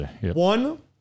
One